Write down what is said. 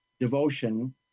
Devotion